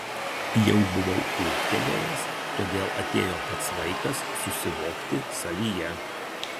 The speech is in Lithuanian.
jau buvau ūgtelėjęs todėl atėjo pats laikas susivokti savyje